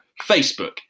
facebook